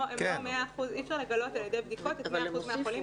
100%. אי-אפשר לגלות על-ידי בדיקות 100% מהחולים.